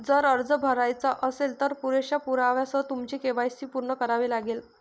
जर अर्ज भरायचा असेल, तर पुरेशा पुराव्यासह तुमचे के.वाय.सी पूर्ण करावे लागेल